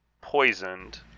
poisoned